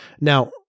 Now